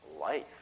life